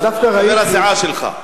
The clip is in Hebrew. חבר הסיעה שלך.